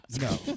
No